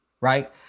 right